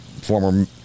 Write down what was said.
former